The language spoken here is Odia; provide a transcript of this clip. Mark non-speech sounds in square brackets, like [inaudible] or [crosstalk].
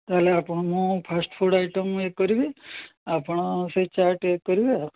ତା'ହେଲେ ଆପଣ ମୁଁ ଫାଷ୍ଟ୍ ଫୁଡ଼୍ ଆଇଟମ୍ କରିବି ଆପଣ ସେଇ ଚାଟ୍ [unintelligible] କରିବେ ଆଉ